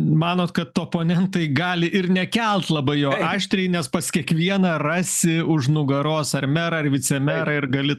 manot kad oponentai gali ir nekelt labai jo aštriai nes pas kiekvieną rasi už nugaros ar merą ar vicemerą ir gali